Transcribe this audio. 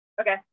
Okay